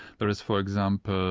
there is, for example,